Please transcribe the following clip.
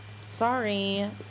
Sorry